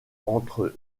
entre